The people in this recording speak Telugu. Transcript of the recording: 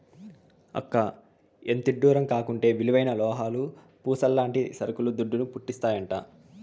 అక్కా, ఎంతిడ్డూరం కాకుంటే విలువైన లోహాలు, పూసల్లాంటి సరుకులు దుడ్డును, పుట్టిస్తాయంట